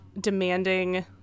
demanding